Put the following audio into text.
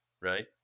right